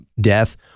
death